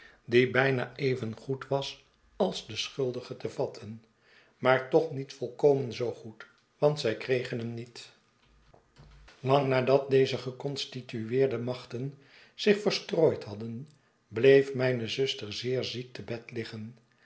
die bijna evengoed was als den schuldige te vatten maar toch niet volkomen zoo goed want zij kregen hem niet lang nadat deze geconstitueerde machten zich verstrooid hadden bleef mijne zuster zeer ziek te bed liggen